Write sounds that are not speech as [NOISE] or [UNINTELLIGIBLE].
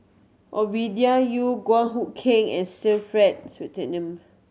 Ovidia Yu [UNINTELLIGIBLE] Hood Keng and Sir Frank [UNINTELLIGIBLE]